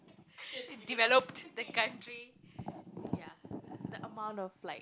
develop the country ya the amount of like